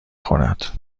خورد